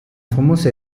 famoso